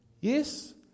Yes